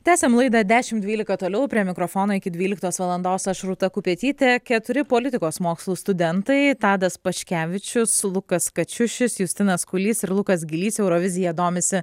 tęsiam laida dešim dvylika toliau prie mikrofono iki dvyliktos valandos aš rūta kupetytė keturi politikos mokslų studentai tadas paškevičius lukas kačiušis justinas kulys ir lukas gylys eurovizija domisi